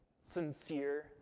sincere